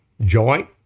joint